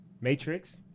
Matrix